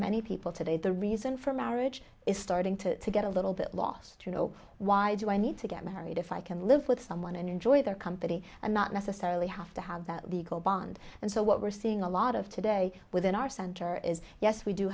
many people today the reason for marriage is starting to get a little bit lost you know why do i need to get married if i can live with someone and enjoy their company and not necessarily have to have that the whole bond and so what we're seeing a lot of today within our center is yes we do